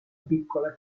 piccola